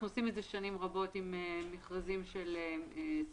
אנחנו עושים את זה שנים רבות עם מכרזים של סלולר,